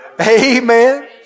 Amen